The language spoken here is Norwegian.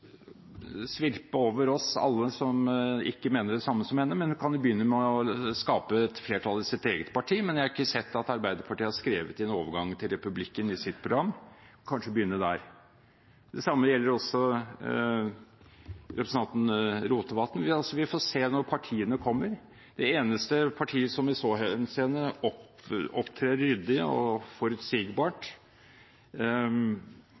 over oss alle som ikke mener det samme som henne. Hun kan begynne med å skape et flertall i sitt eget parti. Jeg har ikke sett at Arbeiderpartiet har skrevet om overgang til republikk i sitt program, men man kan kanskje begynne der. Det samme gjelder representanten Rotevatn. Vi får se når partiene kommer. Det eneste partiet som i så henseende opptrer ryddig og forutsigbart,